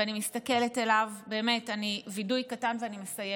ואני מסתכלת עליו, באמת, וידוי קטן ואני מסיימת,